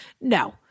No